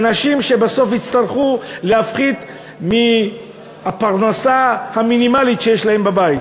מאנשים שבסוף יצטרכו להפחית מהפרנסה המינימלית שיש להם בבית.